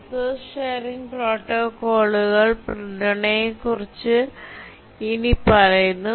resource sharing പ്രോട്ടോക്കോളുകൾക്കുള്ള പിന്തുണയെക്കുറിച്ച് ഇനിപ്പറയുന്നു